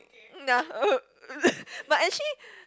mm ya but actually